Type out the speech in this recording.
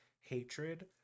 hatred